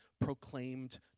proclaimed